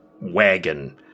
wagon